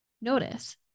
Notice